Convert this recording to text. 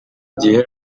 gihe